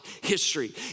history